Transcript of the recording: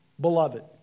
Beloved